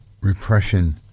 repression